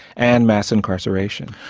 and mass incarceration.